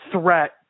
threat